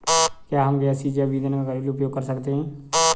क्या हम गैसीय जैव ईंधन का घरेलू उपयोग कर सकते हैं?